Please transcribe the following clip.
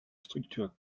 structure